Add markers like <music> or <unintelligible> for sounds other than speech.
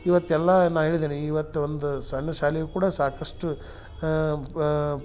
ಇವತ್ ಎಲ್ಲಾ ನಾ ಹೇಳಿದ್ನಲ್ಲ ಇವತ್ ಒಂದ ಸಣ್ ಶಾಲೆಯು ಕೂಡ ಸಾಕಷ್ಟು <unintelligible>